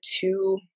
two